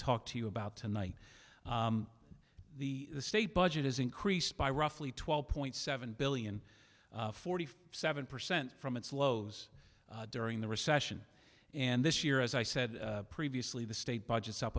talk to you about tonight the state budget has increased by roughly twelve point seven billion forty seven percent from its lows during the recession and this year as i said previously the state budgets up